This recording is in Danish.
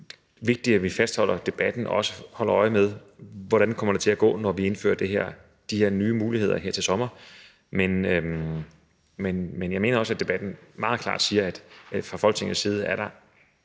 det er vigtigt, at vi fastholder debatten og også holder øje med, hvordan det kommer til at gå, når vi indfører de her nye muligheder til sommer. Men jeg mener også, at debatten meget klart siger, at der fra Folketingets side er en